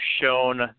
shown